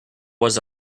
was